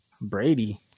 Brady